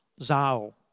Zao